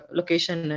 location